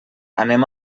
anem